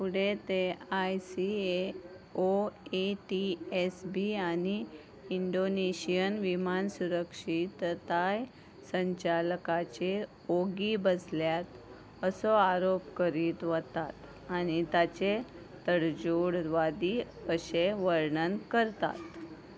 फुडें ते I C A O A T S B आनी इंडोनेशियन विमान सुरक्षीताय संचालकाचेर ओगी बसल्यात असो आरोप करीत वतात आनी ताचें तडजोडवादी अशें वर्णन करतात